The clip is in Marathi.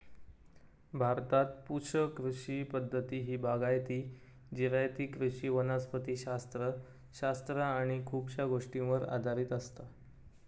भारतात पुश कृषी पद्धती ही बागायती, जिरायती कृषी वनस्पति शास्त्र शास्त्र आणि खुपशा गोष्टींवर आधारित असता